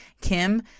Kim